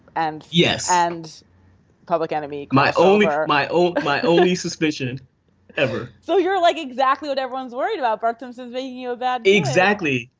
and yes. and public enemy. my only um my own my only suspicion ever. so you're like exactly what everyone's worried about victims of the knew about. exactly.